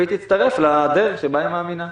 והיא תצטרף לדרך שבה היא מאמינה,